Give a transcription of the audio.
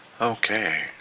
Okay